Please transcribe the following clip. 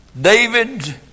David